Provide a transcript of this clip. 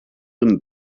him